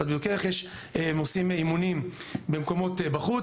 עושים אימונים במקומות בחוץ